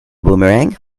boomerang